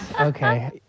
Okay